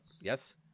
Yes